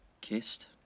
Kissed